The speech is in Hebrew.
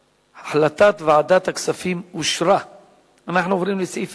ההחלטה בדבר תיקון טעויות בחוק ייעול הליכי